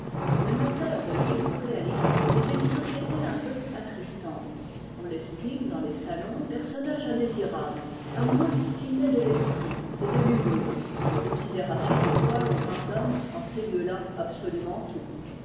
l'amateur de livres réalistes est d'une société un peu attristante on l'estime dans les salons personnage indésirable à moins qu'il n'ait de l'esprit et de l'humour en considération de quoi l'on pardonne en ces lieux-là absolument tout